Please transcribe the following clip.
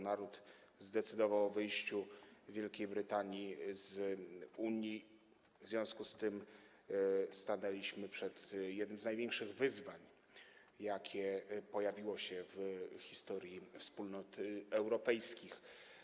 Naród zdecydował o wyjściu Wielkiej Brytanii z Unii, w związku z tym stanęliśmy przed jednym z największych wyzwań, jakie pojawiły się w historii Wspólnot Europejskich.